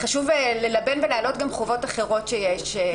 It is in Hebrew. חשוב ללבן ולהעלות גם חובות אחרות שיש,